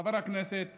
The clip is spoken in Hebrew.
חבר הכנסת